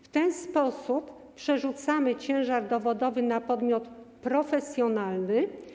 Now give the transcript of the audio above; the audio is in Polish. W ten sposób przerzucamy ciężar dowodowy na podmiot profesjonalny.